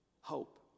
hope